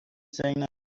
saying